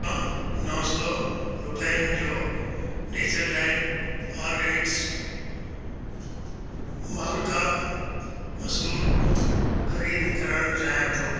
मां नव सौ रुपियनि जो नैचरलैंड ऑर्गॅनिक्स मलका मसूर ख़रीद करण चाहियां थो